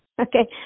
okay